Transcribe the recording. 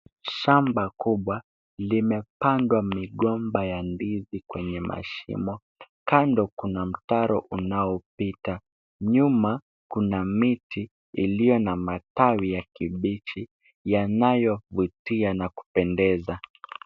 Shamba kubwa limepandwa migomba ya ndizi kwenye mashimo. Kando kuna mtaro unaopita, nyuma kuna miti iliyo na matawi ya kibichi yanayovutia na kupendeza.